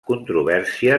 controvèrsia